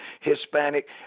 Hispanic